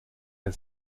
der